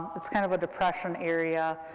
it's kind of a depression area,